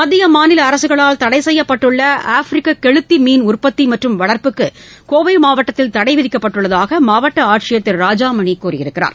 மத்திய மாநில அரசுகளால் தடை செய்யப்பட்டுள்ள ஆப்ரிக்க கௌத்தி மீன் உற்பத்தி மற்றும் வளர்ப்புக்கு கோவை மாவட்டத்தில் தடை விதிக்கப்பட்டுள்ளதாக மாவட்ட ஆட்சியர் திரு ராஜாமணி கூறியுள்ளார்